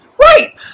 Right